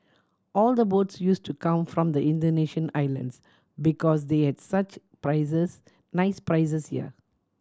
all the boats use to come from the Indonesian islands because they had such prizes nice prizes here